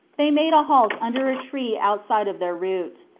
they made a halt under a tree outside of their route.